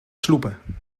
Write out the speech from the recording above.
sloepen